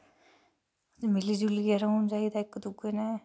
मिली जुलियै रौह्ना चाहिदा इक दुऐ नै